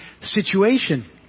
situation